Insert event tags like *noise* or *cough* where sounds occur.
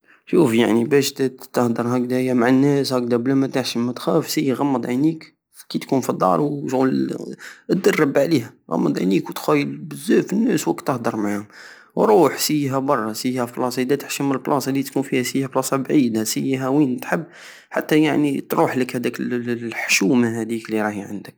شوف يعني بش تهدر هكدايا مع الناس هكدا بلا ماتحشم ماتخاف سيي غمض عينيك كي تكون في الدار وشغل *hesitation* ادرب عليها غمض عينيك وتخيل بزاف الناس وراك تهدر معاهم وروح سييها برى سييها في بلاصة ادا تحشم مل البلاصة التكون فيها سييها في بلاصة بعيدة سييها وين تحب حتى تروحلك هداك الحشومة هديك الي راهي عندك